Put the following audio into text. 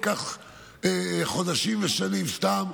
ייקח חודשים ושנים סתם.